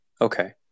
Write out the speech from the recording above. Okay